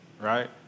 Right